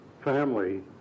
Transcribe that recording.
family